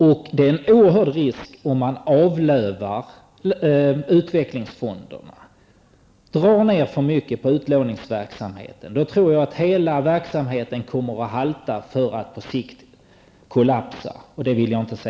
Det innebär en oerhörd risk om man avlövar utvecklingsfonderna och drar ned för mycket på utlåningsverksamheten. Då tror jag att hela verksamheten kommer att halta, för att på sikt kollapsa. Det vill jag inte se.